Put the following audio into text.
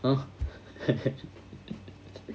oh